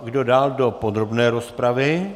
Kdo dál do podrobné rozpravy?